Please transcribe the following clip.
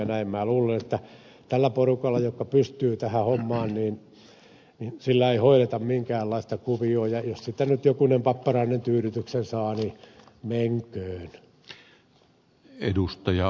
minä luulen että tällä porukalla joka pystyy tähän hommaan ei hoideta minkäänlaista kuviota ja jos siitä nyt jokunen papparainen tyydytyksen saa niin menköön